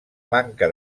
manca